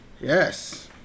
Yes